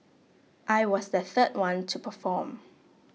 I was the third one to perform